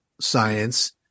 science